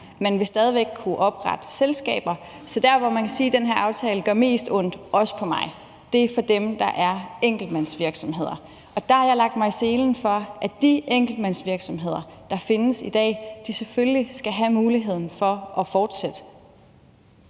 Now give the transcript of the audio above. Man vil stadig væk kunne oprette selskaber. Så der, hvor man kan sige, at den her aftale gør mest ondt, også på mig, er i forhold til dem, der er enkeltmandsvirksomheder. Og der har jeg lagt mig i selen for at sørge for, at de enkeltmandsvirksomheder, der findes i dag, selvfølgelig skal have muligheden for at fortsætte.